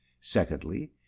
Secondly